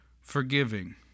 forgiving